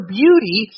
beauty